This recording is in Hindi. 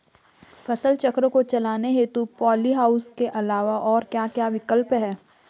फसल चक्र को चलाने हेतु पॉली हाउस के अलावा और क्या क्या विकल्प हैं?